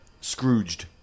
Scrooged